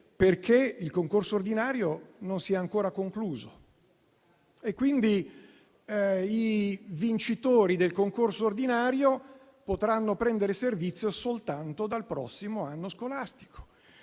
perché il concorso ordinario non si è ancora concluso. Quindi, i vincitori del concorso ordinario potranno prendere servizio soltanto dal prossimo anno scolastico.